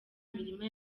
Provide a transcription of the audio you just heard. mirima